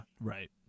Right